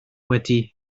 wedi